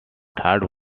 third